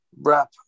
wrap